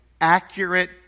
accurate